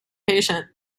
patient